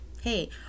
hey